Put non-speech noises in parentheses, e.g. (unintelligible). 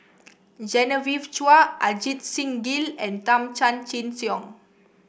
Genevieve Chua Ajit Singh Gill and Tan (unintelligible) Chin Siong